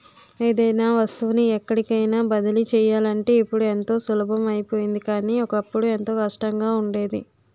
ఏదైనా వస్తువుని ఎక్కడికైన బదిలీ చెయ్యాలంటే ఇప్పుడు ఎంతో సులభం అయిపోయింది కానీ, ఒకప్పుడు ఎంతో కష్టంగా ఉండేది